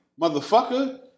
motherfucker